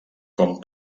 com